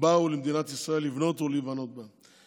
ובאו למדינת ישראל לבנות ולהיבנות בה.